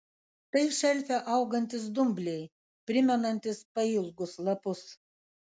tai šelfe augantys dumbliai primenantys pailgus lapus